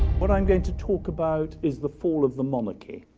what i am going to talk about is the fall of the monarchy,